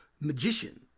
magician